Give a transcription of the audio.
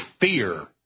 fear